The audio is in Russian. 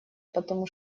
потому